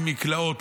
עם מקלעות,